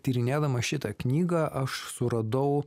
tyrinėdamas šitą knygą aš suradau